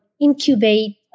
incubate